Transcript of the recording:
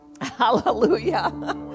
hallelujah